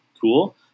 cool